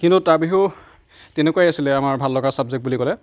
কিন্তু তেনেকুৱাই আছিলে আমাৰ ভাল লগা চাবজেক্ট বুলি ক'লে